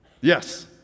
Yes